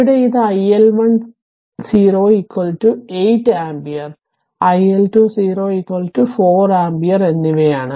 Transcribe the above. ഇവിടെ ഇത് iL1 0 8 ampere iL2 0 4 ampere എന്നിവയാണ്